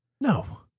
No